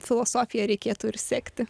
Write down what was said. filosofija reikėtų ir sekti